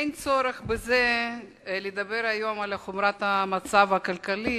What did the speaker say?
אין צורך לדבר היום על חומרת המצב הכלכלי